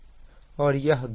और यह ग्राउंड है